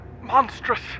Monstrous